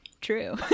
true